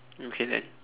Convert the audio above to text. okay then